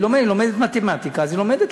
היא לומדת מתמטיקה, אז היא לומדת.